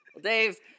Dave